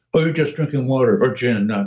or you're just drinking water or gin, and